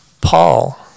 Paul